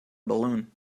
balloon